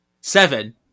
seven